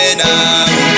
now